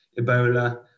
Ebola